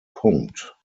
punkt